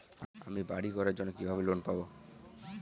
আমি বাড়ি করার জন্য কিভাবে লোন পাব?